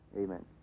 Amen